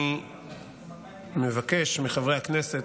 אני מבקש מחברי הכנסת,